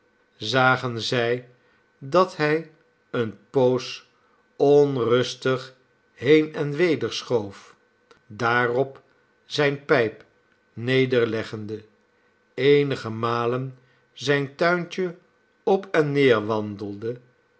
zagen zij dat hij eene poos onrustig heen en weder schoof daarop zijne pijp nederiegde eenige malen zijn tuintje op en neer wandelde